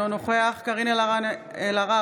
אינו נוכח קארין אלהרר,